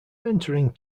entering